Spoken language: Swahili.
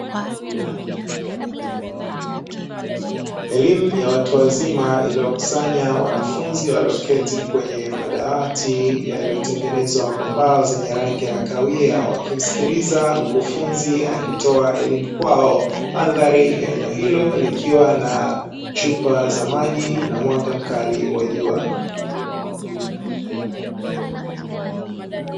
Elimu ya watu wazima iliyowakusanya wanafunzi walioketi kwenye madawati yaliyotengenezwa kwa mbao zenye rangi ya kahawia, wakimsikiliza mkufunzi akitoa elimu kwao. Mandhari ya eneo hilo likiwa na chupa za maji na mwanga mkali wa jua.